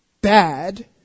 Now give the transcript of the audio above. bad